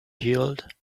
healed